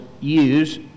use